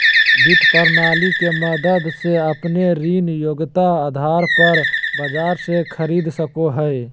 वित्त प्रणाली के मदद से अपने ऋण योग्यता आधार पर बाजार से खरीद सको हइ